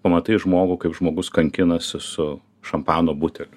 pamatai žmogų kaip žmogus kankinasi su šampano buteliu